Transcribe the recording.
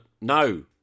no